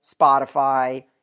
Spotify